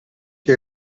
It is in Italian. che